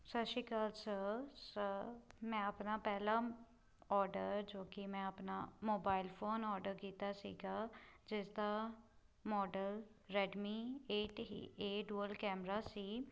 ਸਤਿ ਸ਼੍ਰੀ ਅਕਾਲ ਸਰ ਸਰ ਮੈਂ ਆਪਣਾ ਪਹਿਲਾ ਔਡਰ ਜੋ ਕਿ ਮੈਂ ਆਪਣਾ ਮੋਬਾਈਲ ਫੋਨ ਔਡਰ ਕੀਤਾ ਸੀਗਾ ਜਿਸਦਾ ਮਾਡਲ ਰੈਡਮੀ ਏਟ ਸੀ ਇਹ ਡੁਅਲ ਕੈਮਰਾ ਸੀ